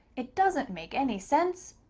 it doesn't make any sense,